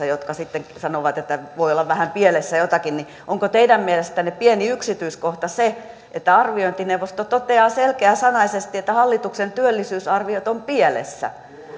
jotka sitten sanovat että voi olla vähän pielessä jotakin niin onko teidän mielestänne pieni yksityiskohta se että arviointineuvosto toteaa selkeäsanaisesti että hallituksen työllisyysarviot ovat pielessä